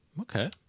okay